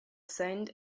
sounds